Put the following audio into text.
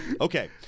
Okay